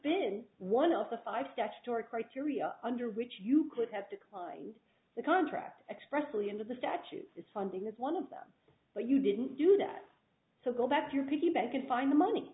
been one of the five statutory criteria under which you could have declined the contract expressly under the statute its funding is one of them but you didn't do that so go back to your piggy bank and find the money